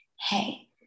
hey